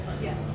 Yes